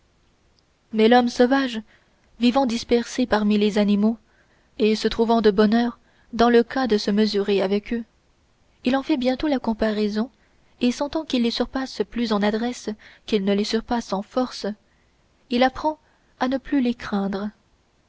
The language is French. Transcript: mais l'homme sauvage vivant dispersé parmi les animaux et se trouvant de bonne heure dans le cas de se mesurer avec eux il en fait bientôt la comparaison et sentant qu'il les surpasse plus en adresse qu'ils ne le surpassent en force il apprend à ne les plus craindre